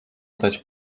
dać